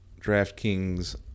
DraftKings